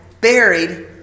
buried